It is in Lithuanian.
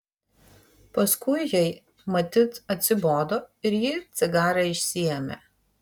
paskui jai matyt atsibodo ir ji cigarą išsiėmė